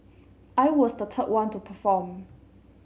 I was the third one to perform